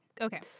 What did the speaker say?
Okay